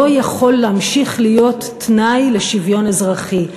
לא יכול להמשיך להיות תנאי לשוויון אזרחי,